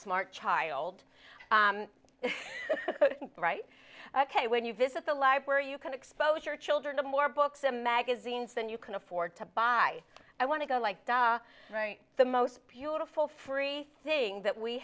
smart child right ok when you visit the library you can expose your children to more books and magazines than you can afford to buy i want to go like the right the most beautiful free thing that we